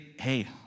hey